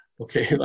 Okay